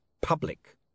public